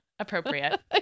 appropriate